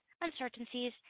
uncertainties